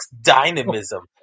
dynamism